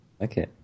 Okay